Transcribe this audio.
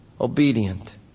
obedient